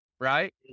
right